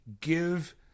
give